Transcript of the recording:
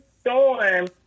storm